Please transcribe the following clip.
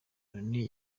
loni